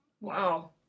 Wow